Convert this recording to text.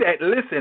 listen